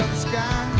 sky.